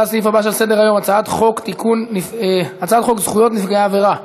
לסעיף הבא שעל סדר-היום: הצעת חוק זכויות נפגעי עבירה (תיקון,